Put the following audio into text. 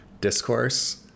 discourse